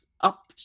up